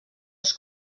els